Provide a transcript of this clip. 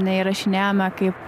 neįrašinėjame kaip